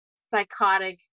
psychotic